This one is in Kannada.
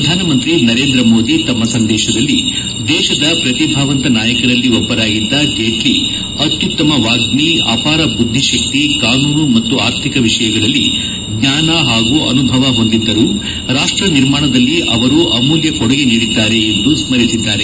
ಪ್ರಧಾನಮಂತ್ರಿ ನರೇಂದ್ರ ಮೋದಿ ತಮ್ಮ ಸಂದೇಶದಲ್ಲಿ ದೇಶದ ಪ್ರತಿಭಾವಂತ ನಾಯಕರಲ್ಲಿ ಒಬ್ಬರಾಗಿದ್ದ ಜೇಣ್ಲಿ ಅತ್ಯುತ್ತಮ ವಾಗ್ಮಿ ಅಪಾರ ಬುದ್ದಿಶಕ್ತಿ ಕಾನೂನು ಮತ್ತು ಆರ್ಥಿಕ ವಿಷಯಗಳಲ್ಲಿ ಜ್ಞಾನ ಹಾಗೂ ಅನುಭವ ಹೊಂದಿದ್ದರು ರಾಷ್ಟ್ರ ನಿರ್ಮಾಣದಲ್ಲಿ ಅವರು ಅಮೂಲ್ಯ ಕೊಡುಗೆ ನೀಡಿದ್ದಾರೆ ಎಂದು ಸ್ಮರಿಸಿದ್ದಾರೆ